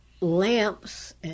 lamps